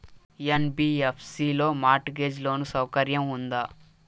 NBFC లో mortgage loan సౌకర్యం ఉందా?